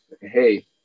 Hey